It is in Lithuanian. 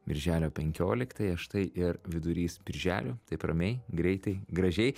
birželio penkioliktąją štai ir vidurys birželio taip ramiai greitai gražiai